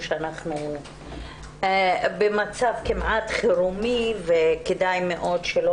כולנו יודעים שאנחנו במצב כמעט חירום וכדאי שלא